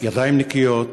ידיים נקיות,